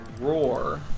roar